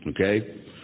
Okay